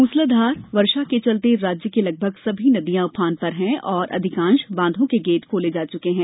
मूसलाधार बारिश के चलते राज्य की लगभग सभी नदियां उफान पर हैं और अधिकांश बांधों के गेट खोले जा चुके हैं